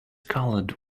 colored